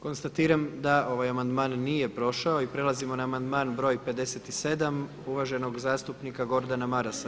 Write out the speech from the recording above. Konstatiram da ovaj amandman nije prošao pa prelazimo na amandman broj 57 uvaženog zastupnika Gordana Marasa.